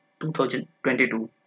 2022